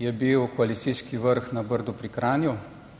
je bil koalicijski vrh na Brdu pri Kranju